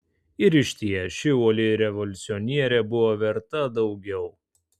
ir išties ši uoli revoliucionierė buvo verta daugiau